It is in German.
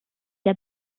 der